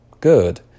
good